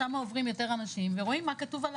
שמה עוברים יותר אנשים ורואים מה כתוב על